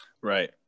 Right